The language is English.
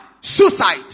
suicide